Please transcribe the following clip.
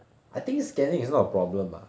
I think scanning is not a problem ah